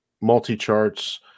multi-charts